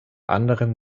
anderem